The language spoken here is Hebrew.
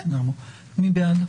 מי בעד?